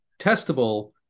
testable